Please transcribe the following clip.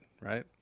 right